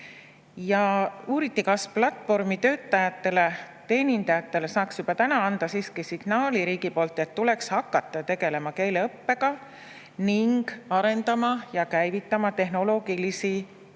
Ja uuriti, kas platvormitöötajatele, teenindajatele saaks juba täna anda signaali riigi poolt, et tuleks hakata tegelema keeleõppega, ning arendama ja käivitama tehnoloogilisi lahendusi